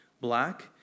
black